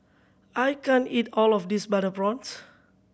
I can't eat all of this butter prawns